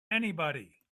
anybody